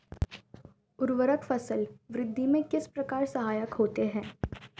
उर्वरक फसल वृद्धि में किस प्रकार सहायक होते हैं?